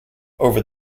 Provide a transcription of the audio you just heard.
over